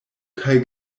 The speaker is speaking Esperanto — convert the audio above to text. kaj